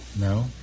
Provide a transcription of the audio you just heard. No